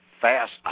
fast